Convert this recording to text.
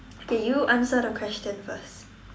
okay you answer the question first